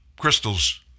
Crystal's